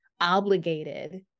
obligated